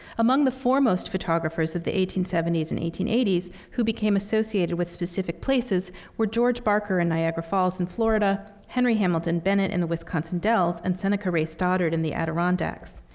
among the foremost photographers of the eighteen seventy s and eighteen eighty s who became associated with specific places were george barker in niagara falls and florida, henry hamilton bennett in the wisconsin dells, and seneca ray stoddard in the adirondacks.